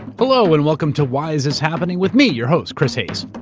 hello and welcome to why is this happening? with me, your host, chris hayes.